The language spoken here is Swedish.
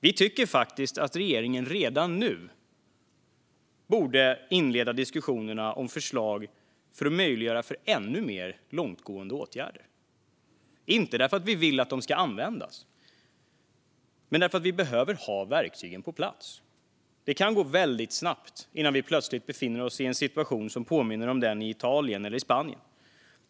Vi tycker faktiskt att regeringen redan nu borde inleda diskussionerna om förslag för att möjliggöra ännu mer långtgående åtgärder - inte för att vi vill att de ska användas men för att vi behöver ha verktygen på plats. Det kan gå väldigt snabbt - plötsligt befinner vi oss i en situation som den i Italien eller i Spanien.